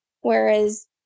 Whereas